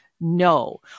No